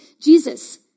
Jesus